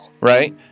right